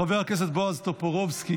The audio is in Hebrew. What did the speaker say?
חבר הכנסת בועז טופורובסקי,